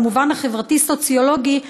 במובן החברתי-סוציולוגי,